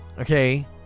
okay